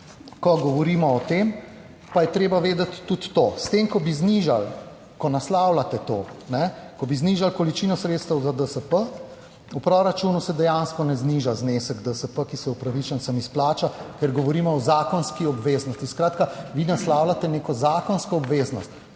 ko govorimo o tem, pa je treba vedeti tudi to. S tem, ko bi znižali, ko naslavljate to, ko bi znižali količino sredstev za DSP v proračunu se dejansko ne zniža znesek DSP, ki se upravičencem izplača, ker govorimo o zakonski obveznosti. Skratka, vi naslavljate neko zakonsko obveznost